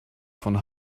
von